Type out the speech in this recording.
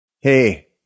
Hey